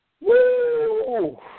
Woo